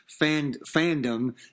fandom